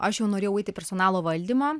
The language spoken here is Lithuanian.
aš jau norėjau eit į personalo valdymą